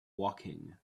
woking